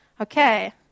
Okay